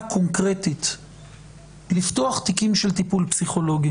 קונקרטית לפתוח תיקים של טיפול פסיכולוגי.